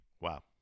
Wow